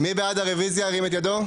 מי בעד הרוויזיה ירים את ידו.